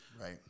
Right